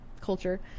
culture